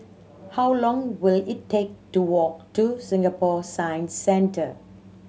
how long will it take to walk to Singapore Science Centre